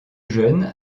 jeune